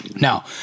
Now